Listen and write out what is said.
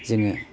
जोङो